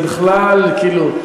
זה בכלל כאילו,